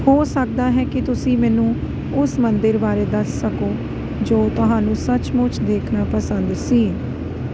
ਹੋ ਸਕਦਾ ਹੈ ਕਿ ਤੁਸੀਂ ਮੈਨੂੰ ਉਸ ਮੰਦਰ ਬਾਰੇ ਦੱਸ ਸਕੋ ਜੋ ਤੁਹਾਨੂੰ ਸੱਚਮੁੱਚ ਦੇਖਣਾ ਪਸੰਦ ਸੀ